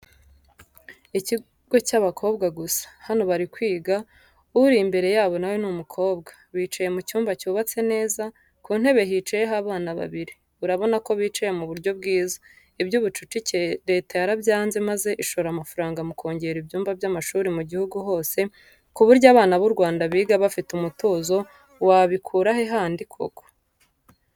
Ikigo cy'abakobwa gusa, hano barimo kwiga, uri imbere yabo na we ni umukobwa. Bicaye mu cyumba cyubatse neza, ku ntebe hicayeho abana babiri, urabona ko bicaye mu buryo bwiza. Iby'ubucucike Leta yarabyanze maze ishora amafaranga mukongera ibyumba by'amashuri mu gihugu hose ku buryo abana b'u Rwanda biga bafite umutuzo wabikurahe handi koko.